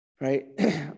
Right